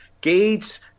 Gates